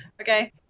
okay